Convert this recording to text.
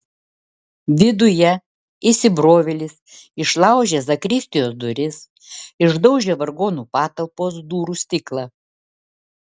viduje įsibrovėlis išlaužė zakristijos duris išdaužė vargonų patalpos durų stiklą